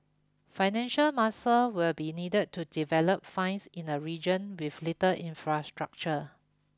financial muscle will be needed to develop finds in the region with little infrastructure